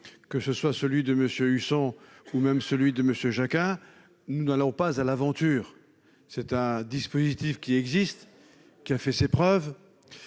que ce soit celui de monsieur Hue 100 ou même celui de Monsieur Jacquat, nous n'allons pas à l'aventure, c'est un dispositif qui existe, qui a fait ses preuves